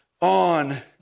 on